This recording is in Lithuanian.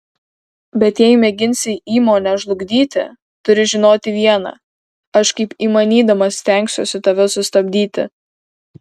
bet jei mėginsi įmonę žlugdyti turi žinoti viena aš kaip įmanydamas stengsiuosi tave sustabdyti